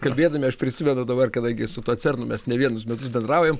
kalbėdami aš prisimenu dabar kadangi su tuo cernu mes ne vienus metus bendraujam